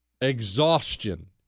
Exhaustion